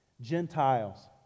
Gentiles